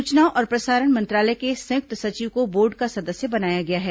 सूचना और प्रसारण मंत्रालय के संयुक्त सचिव को बोर्ड का सदस्य बनाया गया है